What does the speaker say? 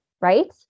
right